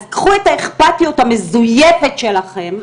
אז קחו את האכפתיות המזויפת שלכם,